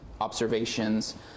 observations